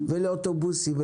לאוטובוסים,